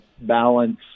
balance